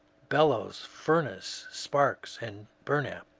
bel lows, fumess, sparks, and bumap.